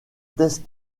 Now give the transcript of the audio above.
test